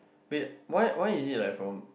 wait why why is it like from